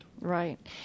right